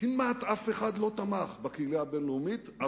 כמעט אף אחד בקהילה הבין-לאומית לא תמך,